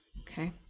Okay